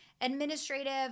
administrative